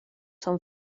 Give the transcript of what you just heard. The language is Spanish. son